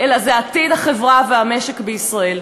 אלא זה עתיד החברה והמשק בישראל.